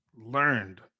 learned